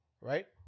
Right